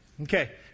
Okay